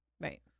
right